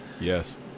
yes